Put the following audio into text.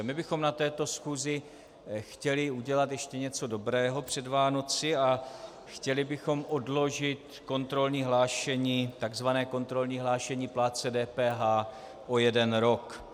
My bychom na této schůzi chtěli udělat ještě něco dobrého před Vánoci a chtěli bychom odložit kontrolní hlášení, tzv. kontrolní hlášení plátce DPH, o jeden rok.